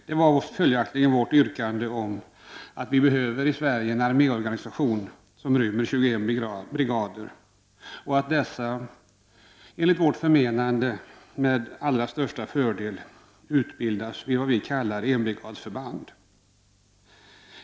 Det var vårt yrkande, som vi har upprepat under våren, att det i Sverige behövs en arméorganisation som rymmer 21 brigader och att dessa med allra största fördel kan utbildas vid vad vi kallar enbrigadsförband.